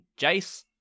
Jace